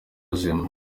buzima